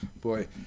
boy